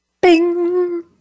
Bing